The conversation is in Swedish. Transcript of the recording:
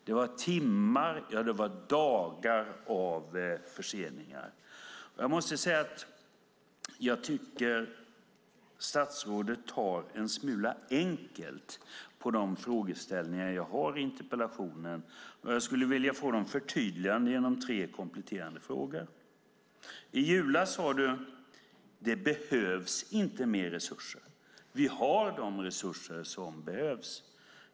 Det var timmar och dagar av förseningar. Jag tycker att statsrådet tar en smula lätt på frågeställningarna i interpellationen. Jag skulle vilja få förtydliganden genom tre kompletterande frågor. I julas sade du: Det behövs inte mer resurser. Vi har de resurser som behövs.